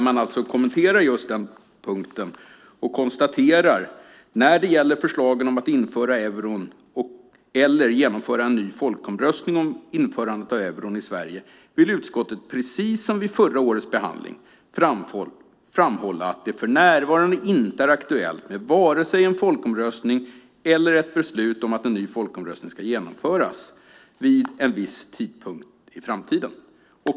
Man kommenterar just denna punkt, och konstaterar: "När det gäller förslagen om att införa euron eller genomföra en ny folkomröstning om införandet av euron i Sverige vill utskottet, precis som vid förra årets behandling, framhålla att det för närvarande inte är aktuellt med vare sig en folkomröstning eller ett beslut om att en ny folkomröstning ska genomföras vid en viss tidpunkt i framtiden."